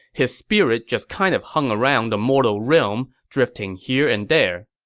his spirit just kind of hung around the mortal realm, drifting here and there.